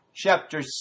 Chapter